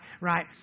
right